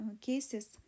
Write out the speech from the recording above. cases